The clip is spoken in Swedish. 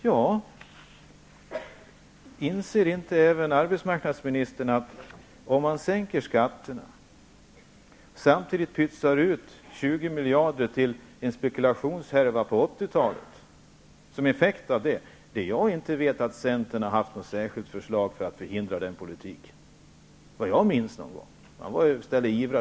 Ja, man sänker skatterna och pytsar samtidigt ut 20 miljarder som effekt av en spekulationshärva på 80 talet. Såvitt jag minns har inte centern haft något förslag för att förhindra den politiken. Man var ju i stället ivrare för kreditavregleringarna.